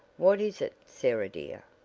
what is it, sarah dear?